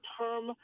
term